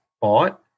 bought